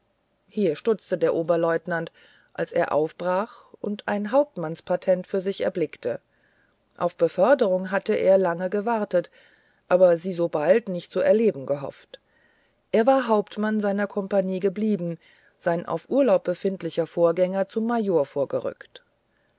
hier stutzte der oberleutnant als er aufbrach und ein hauptmannspatent für sich erblickte auf beförderung hatte er lange gewartet aber sie sobald nicht zu erleben gehofft er war hauptmann seiner kompanie geblieben sein auf urlaub befindlicher vorgänger zum major vorgerückt